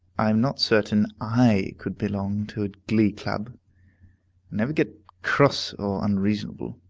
i am not certain i could belong to a glee-club, and never get cross or unreasonable.